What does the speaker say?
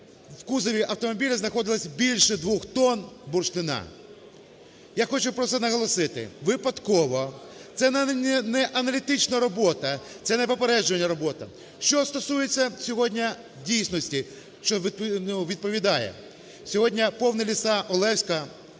в кузові автомобіля знаходилося більше двох тонн бурштину. Я хочу просто наголосити: випадково! Це не аналітична робота, це не попереджувальна робота. Що стосується сьогодні дійсності, що відповідає: сьогодні повні ліса Олевська,